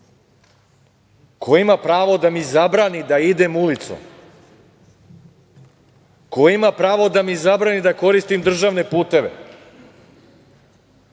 Ko ima pravo da mi zabrani da idem ulicom, ko ima pravo da mi zabrani da koristim državne puteve,